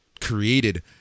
created